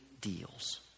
deals